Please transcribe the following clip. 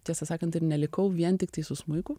tiesą sakant ir nelikau vien tiktai su smuiku